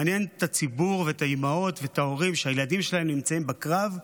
מעניין את הציבור ואת האימהות ואת ההורים שהילדים שלהם נמצאים בקרב,